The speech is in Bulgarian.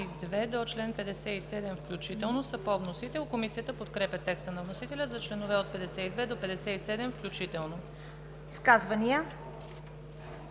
до 97 включително са по вносител. Комисията подкрепя текста на вносителя за членове от 65 до 97 включително. ПРЕДСЕДАТЕЛ